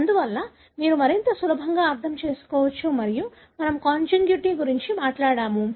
అందువల్ల మీరు మరింత సులభంగా అర్థం చేసుకోవచ్చు మరియు మనము కాన్సంగ్యునిటీ గురించి మాట్లాడుతాము